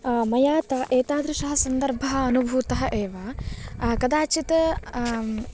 मया त एतादृशः सन्दर्भः अनुभूतः एव कदाचित्